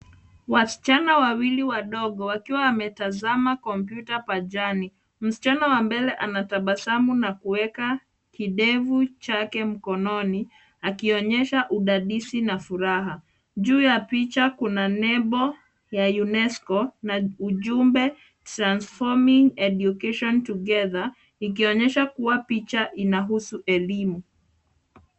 Waschana wawili wadogo wakiwa wametazama kompyuta pajani. Mschana wa mbele ana tabasamu na kuweka kidevu chake mkononi akionyesha udadisi na furaha. Juu ya picha kuna nembo ya UNESCO na ujumbe Transforming Education Together ikionyesha kuwa picha inahusu elimu.